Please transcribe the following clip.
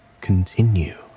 Continue